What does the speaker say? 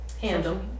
handle